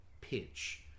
pitch